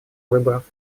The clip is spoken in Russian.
выборов